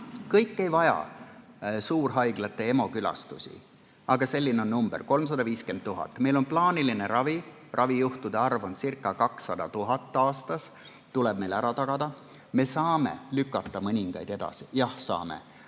Kõik ei vajaks suurhaiglate EMO-de külastusi, aga selline on number: 350 000. Meil on plaaniline ravi, ravijuhtude arv peaks olemacirca200 000 aastas, mis tuleb meil ära tagada. Me saame lükata üht-teist edasi – jah, saame